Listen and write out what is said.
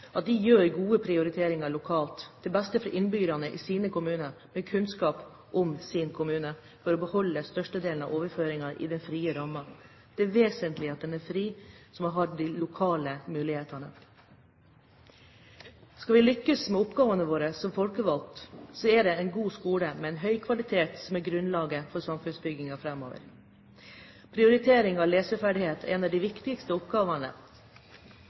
at våre lokale folkevalgte foretar gode prioriteringer lokalt til beste for innbyggerne i sine kommuner, med kunnskap om sin kommune, er grunnlaget for å beholde størstedelen av overføringene innen den frie rammen. Det er vesentlig at de er frie, så vi har de lokale mulighetene. Skal vi lykkes med oppgavene våre som folkevalgte, er en god skole, av høy kvalitet, grunnlaget for samfunnsbyggingen framover. Prioritering av leseferdigheter er en av de viktigste oppgavene.